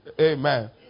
Amen